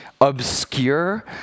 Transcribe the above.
obscure